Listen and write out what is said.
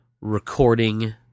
recording